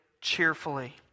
cheerfully